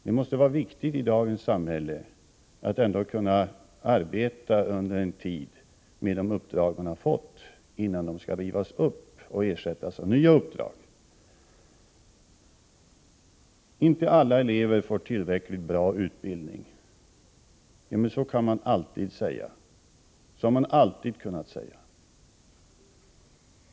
Det måste i dagens samhälle vara viktigt att ändå kunna arbeta under en tid med de uppdrag man har fått, innan de skall rivas upp och ersättas med nya uppdrag. Inte alla elever får tillräckligt bra utbildning. Ja, så har man alltid kunnat säga.